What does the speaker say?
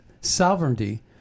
sovereignty